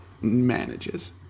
manages